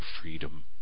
freedom